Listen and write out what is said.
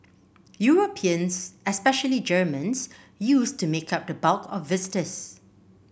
Europeans especially Germans used to make up the bulk of visitors